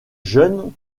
jeune